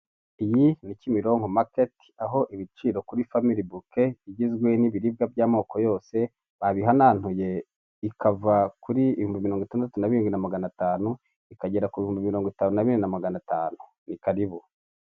Iyi ni Kimironko maketi aho ibiciro kuri famiri buke igizwe n'ibiribwa by'amoko yose babihanantuye ikava kuri ibuhumbi mirongo itandatu na birindwi magana tanu, ikagera ku bihumbi mirongo itanu na bine magana tanu. Ni karibu.